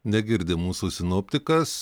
negirdi mūsų sinoptikas